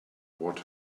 what